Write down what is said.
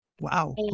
Wow